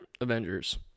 avengers